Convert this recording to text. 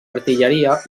artilleria